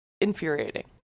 infuriating